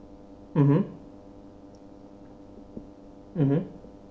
mmhmm